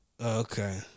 Okay